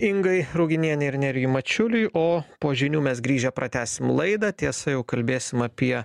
ingai ruginienei ir nerijui mačiuliui o po žinių mes grįžę pratęsim laidą tiesa jau kalbėsim apie